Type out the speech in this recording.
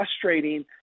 frustrating